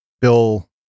Bill